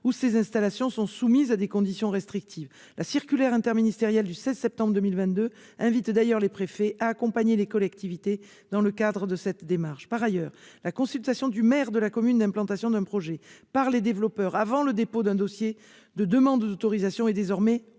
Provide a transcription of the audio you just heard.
où ces installations sont soumises à des conditions restrictives. La circulaire interministérielle du 16 septembre 2022 invite d'ailleurs les préfets à accompagner les collectivités dans le cadre de cette démarche. Par ailleurs, la consultation du maire de la commune d'implantation du projet par les développeurs avant le dépôt d'un dossier de demande d'autorisation est désormais obligatoire.